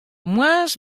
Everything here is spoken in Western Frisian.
moarns